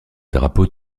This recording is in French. drapeaux